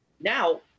Now